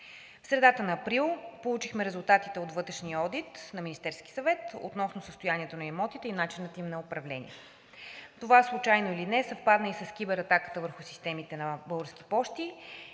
В средата на април получихме резултатите от вътрешния одит на Министерския съвет относно състоянието на имотите и начините им на управление. Това, случайно или не, съвпадна и с кибератаката върху системите на „Български пощи“